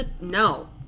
No